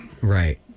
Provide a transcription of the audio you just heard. Right